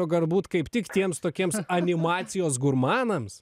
o garbūt kaip tik tiems tokiems animacijos gurmanams